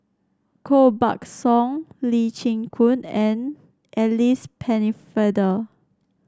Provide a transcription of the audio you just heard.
Koh Buck Song Lee Chin Koon and Alice Pennefather